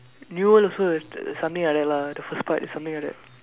new world also have something like that lah the first part is something like that